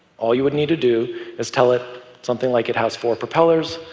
all you would need to do is tell it something like, it has four propellers,